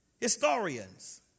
Historians